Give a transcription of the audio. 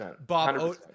Bob